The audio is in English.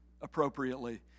appropriately